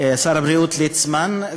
שר הבריאות ליצמן,